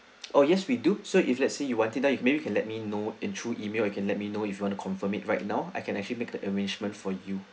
oh yes we do so if let's say you want it now you maybe can let me know in through email you can let me know if you want to confirm it right now I can actually make the arrangement for you